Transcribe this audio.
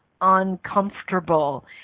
uncomfortable